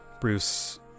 Bruce